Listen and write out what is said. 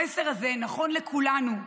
המסר הזה נכון לכולנו: